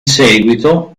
seguito